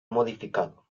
modificado